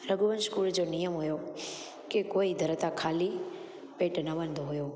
रघुवंश कुल जो नियम हुओ की कोई दर था ख़ाली पेटु न वेंदो हुओ